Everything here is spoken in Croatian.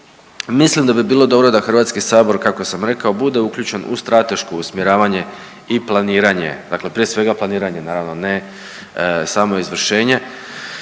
Mislim da bi bilo dobro da Hrvatski sabor kako sam rekao bude uključen u strateško usmjeravanje i planiranje, dakle prije svega planiranje naravno ne samo izvršenje